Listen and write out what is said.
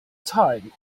time